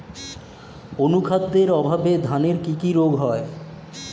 অনুখাদ্যের অভাবে ধানের কি কি রোগ হয়?